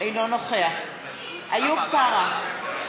אינו נוכח אני עוד לא הספקתי להסתובב.